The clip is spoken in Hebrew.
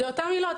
אלה אותן עילות.